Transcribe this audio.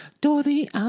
Dorothy